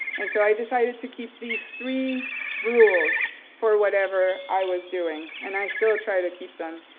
and so i decided to keep these three rules for whatever i was doing, and i still try to keep them.